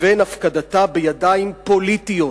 לבין הפקדתה בידיים פוליטיות,